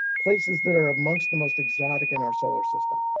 places that are amongst the most exotic in our solar system.